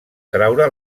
traure